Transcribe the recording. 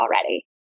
already